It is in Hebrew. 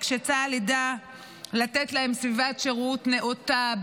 שצה"ל ידע לתת להם סביבת שירות נאותה,